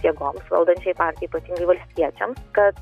jėgoms valdančiajai partijai ypatingai valstiečiams kad